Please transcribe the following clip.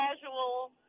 casual